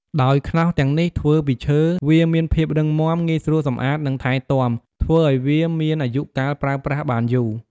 ដោយខ្នោសទាំងនេះធ្វើពីឈើ វាមានភាពរឹងមាំ ងាយស្រួលសម្អាត និងថែទាំ ធ្វើឲ្យវាមានអាយុកាលប្រើប្រាស់បានយូរ។